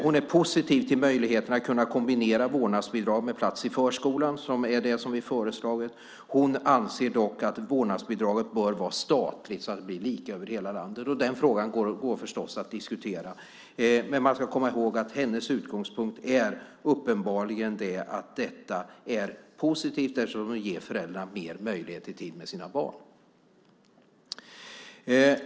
Hon är positiv till möjligheten att kunna kombinera vårdnadsbidrag med plats i förskolan som är det som vi föreslagit. Hon anser dock att vårdnadsbidraget bör vara statligt så att det blir lika över hela landet. Den frågan går förstås att diskutera. Men man ska komma ihåg att hennes utgångspunkt uppenbarligen är att detta är positivt eftersom det ger föräldrarna mer möjlighet till tid med sina barn.